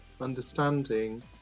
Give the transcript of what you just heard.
understanding